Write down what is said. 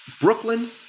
Brooklyn